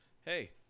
hey